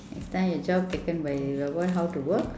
next time the job taken by robot how to work